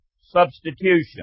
substitution